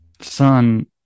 son